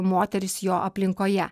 moterys jo aplinkoje